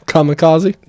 Kamikaze